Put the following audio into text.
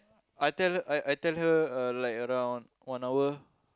I tell her I tell her uh like around one hour